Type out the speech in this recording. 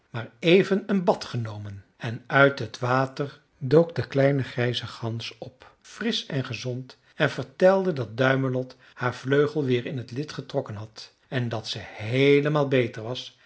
maar even een bad genomen en uit het water dook de kleine grijze gans op frisch en gezond en vertelde dat duimelot haar vleugel weer in t lid getrokken had en dat ze heelemaal beter was